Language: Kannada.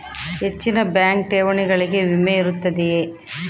ಹೆಚ್ಚಿನ ಬ್ಯಾಂಕ್ ಠೇವಣಿಗಳಿಗೆ ವಿಮೆ ಇರುತ್ತದೆಯೆ?